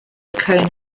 cone